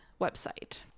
website